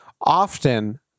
Often